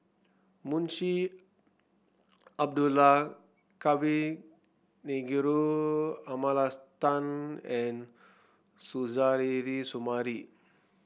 Munshi Abdullah Kavignareru Amallathasan and Suzairhe Sumari